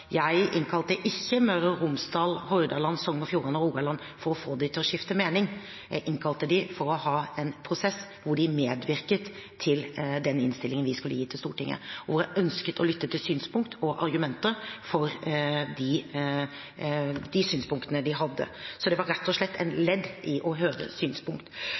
Jeg innkalte ikke Møre og Romsdal, Hordaland, Sogn og Fjordane og Rogaland for å få dem til å skifte mening. Jeg innkalte dem for å ha en prosess hvor de medvirket til den innstillingen vi skulle gi til Stortinget, hvor jeg ønsket å lytte til argumenter for synspunktene de hadde. Det var rett og slett et ledd i å høre synspunkt.